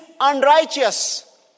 unrighteous